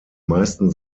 meisten